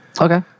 Okay